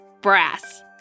Brass